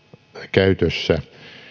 käytössä